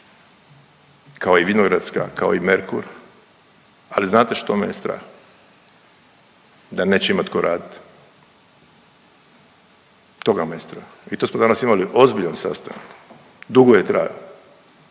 kao i Vinogradska, kao i Merkur, ali znate što me je strah, da neće imat tko radit, toga me je strah i to smo danas imali ozbiljan sastanak, dugo je trajao,